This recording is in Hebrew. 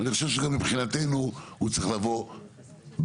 ואני חושב שגם מבחינתנו הוא צריך לבוא בהלימה,